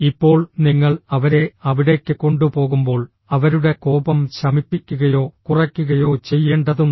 ഇപ്പോൾ നിങ്ങൾ അവരെ അവിടേക്ക് കൊണ്ടുപോകുമ്പോൾ അവരുടെ കോപം ശമിപ്പിക്കുകയോ കുറയ്ക്കുകയോ ചെയ്യേണ്ടതുണ്ട്